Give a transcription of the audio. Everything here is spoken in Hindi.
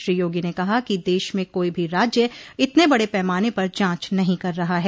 श्री योगी ने कहा कि देश में कोई भी राज्य इतने बड़े पैमाने पर जांच नहों कर रहा है